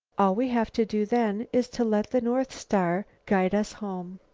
all we have to do then is to let the north star guide us home.